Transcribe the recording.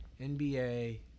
NBA